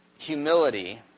Humility